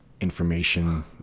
information